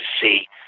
see